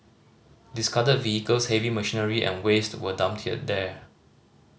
discarded vehicles heavy machinery and waste were dumped there